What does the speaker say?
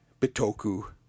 bitoku